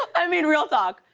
i mean, real talk,